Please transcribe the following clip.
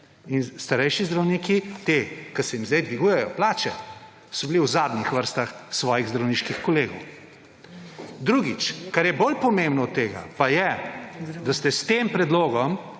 in starejši zdravniki, ti, ki se jim zdaj dvigujejo plače, so bili v zadnjih vrstah svojih zdravniških kolegov. Drugič, kar je bolj pomembno od tega, pa je, da ste s tem predlogom